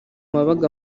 wabaga